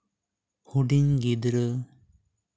ᱦᱩᱰᱤᱧ ᱜᱤᱫᱽᱨᱟᱹ